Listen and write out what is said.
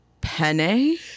Penne